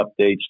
updates